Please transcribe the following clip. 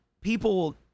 people